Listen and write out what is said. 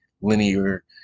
linear